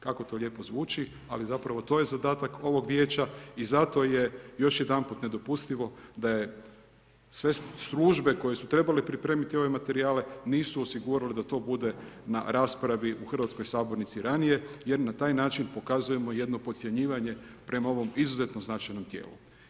Kako to lipo zvuči ali zapravo to je zadatak ovog vijeća i zato još jedanput nedopustivo da sve službe koje su trebale pripremiti ove materijale, nisu osigurale da to bude na raspravi u hrvatskoj sabornici ranije jer na taj način pokazujemo jedno podcjenjivanje prema ovom izuzetno značajnom tijelu.